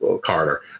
Carter